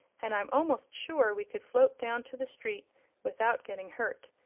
and i'm almost sure we could float down to the street without getting hurt.